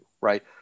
right